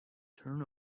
turn